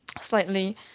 slightly